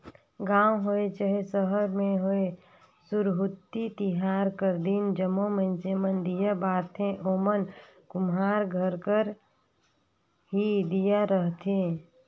गाँव होए चहे सहर में होए सुरहुती तिहार कर दिन जम्मो मइनसे मन दीया बारथें ओमन कुम्हार घर कर ही दीया रहथें